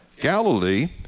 Galilee